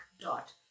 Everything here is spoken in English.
dot